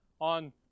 on